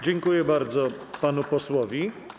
Dziękuję bardzo panu posłowi.